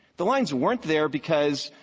the lines weren't there because,